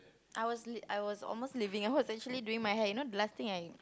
I was lea~ I was almost leaving I was actually doing my hair you know the last thing I